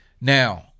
Now